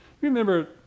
Remember